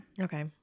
Okay